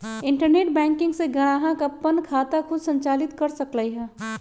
internet banking से ग्राहक अप्पन खाता खुद संचालित कर सकलई ह